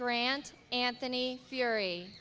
grant anthony theory